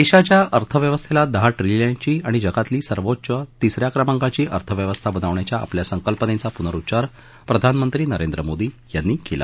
देशाच्या अर्थव्यवस्थेला दहा ट्रिलियनची आणि जगातली तिस या क्रमाकांची अर्थव्यवस्था बनवण्याच्या आपल्या संकल्पनेचा प्नरुच्चार प्रधानमंत्री नरेंद्र मोदी यांनी केला